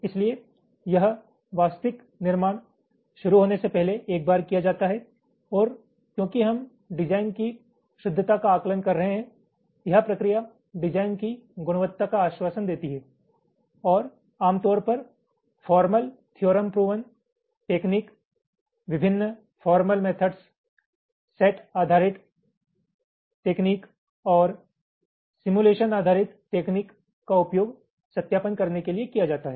इसलिए यह वास्तविक निर्माण शुरू होने से पहले एक बार किया जाता है और क्योंकि हम डिजाइन की शुद्धता का आकलन कर रहे हैं यह प्रक्रिया डिजाइन की गुणवत्ता का आश्वासन देती है और आमतौर पर फोर्मल थियोरम प्रूवन टेकनीक विभिन्न फोर्मल मेथडस सैट आधारित टेकनीक और सिमुलेशन आधारित टेकनीक का उपयोग सत्यापन करने के लिए किया जाता है